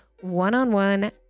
one-on-one